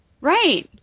Right